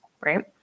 right